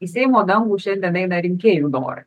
į seimo dangų šiandien eina rinkėjų norai